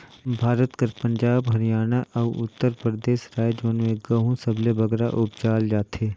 भारत कर पंजाब, हरयाना, अउ उत्तर परदेस राएज मन में गहूँ सबले बगरा उपजाल जाथे